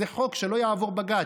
זה חוק שלא יעבור בג"ץ.